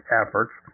efforts